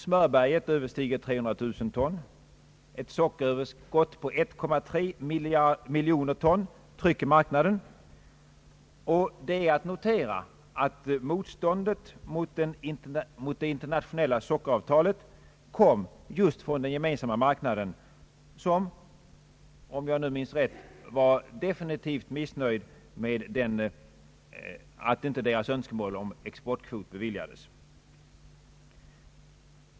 Smörberget överstiger 300 000 ton, ett sockeröverskott på 1,3 miljon ton trycker marknaden, och det är att notera att motståndet mot det internationella sockeravtalet kom just från Den gemensamma marknaden som, om jag minns rätt, var definitivt missnöjd med att dess önskemål om exportkvot inte beviljades.